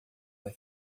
vai